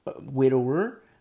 widower